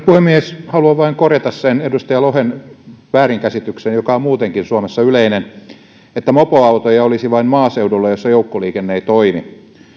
puhemies haluan vain korjata sen edustaja lohen väärinkäsityksen joka on muutenkin suomessa yleinen että mopoautoja olisi vain maaseudulla jossa joukkoliikenne ei toimi